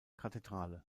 kathedrale